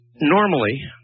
normally